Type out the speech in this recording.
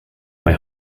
bei